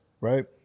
right